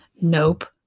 Nope